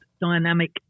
dynamic